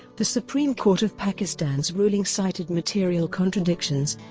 the supreme court of pakistan's ruling cited material contradictions